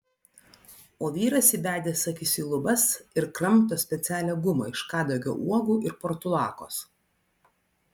o vyras įbedęs akis į lubas ir kramto specialią gumą iš kadagio uogų ir portulakos